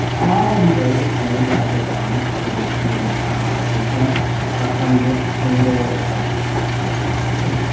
all of the oldest known perpetual bonds i think there's fewer than like half a dozen of them are from this single dutch water board.